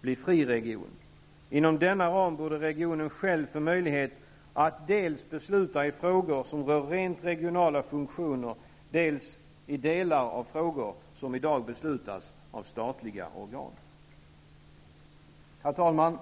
bli friregion. Inom denna ram borde regionen själv få möjlighet att dels besluta i frågor som rör rent regionala funktioner, dels besluta i delar av frågor som i dag beslutas av statliga organ. Herr talman!